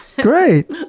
great